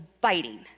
biting